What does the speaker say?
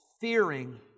fearing